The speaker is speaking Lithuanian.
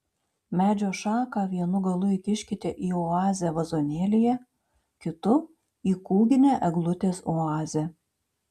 medžio šaką vienu galu įkiškite į oazę vazonėlyje kitu į kūginę eglutės oazę